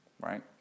right